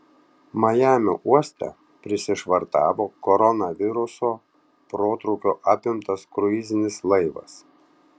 majamio uoste prisišvartavo koronaviruso protrūkio apimtas kruizinis laivas